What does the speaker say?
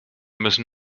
müssen